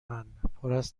من، پراز